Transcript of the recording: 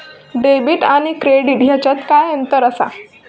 Debit आणि credit ह्याच्यात काय अंतर असा?